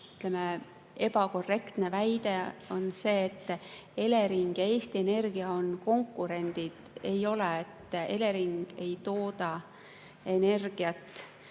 ütleme, ebakorrektne väide on see, et Elering ja Eesti Energia on konkurendid. Ei ole. Elering ei tooda energiat